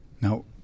Now